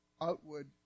outward